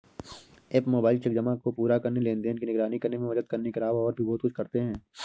app mobile check जमा को पूरा करने, लेनदेन की निगरानी करने में मदद करने के अलावा और भी बहुत कुछ करते हैं